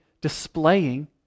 displaying